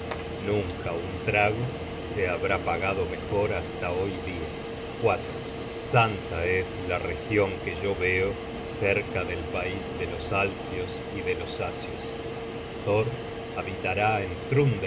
nunca un trago se habrá pagado mejor hasta hoy dia santa es la region que yo veo cerca del pais de los alfios y de los asios thor habitará en